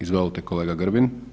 Izvolite kolega Grbin.